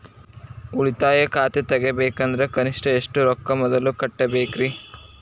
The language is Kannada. ಉಳಿತಾಯ ಖಾತೆ ತೆಗಿಬೇಕಂದ್ರ ಕನಿಷ್ಟ ಎಷ್ಟು ರೊಕ್ಕ ಮೊದಲ ಕಟ್ಟಬೇಕ್ರಿ?